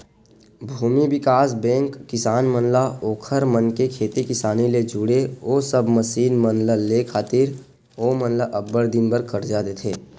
भूमि बिकास बेंक किसान मन ला ओखर मन के खेती किसानी ले जुड़े ओ सब मसीन मन ल लेय खातिर ओमन ल अब्बड़ दिन बर करजा देथे